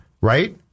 right